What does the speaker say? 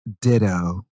Ditto